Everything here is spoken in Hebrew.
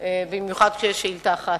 במיוחד כשיש שאילתא אחת.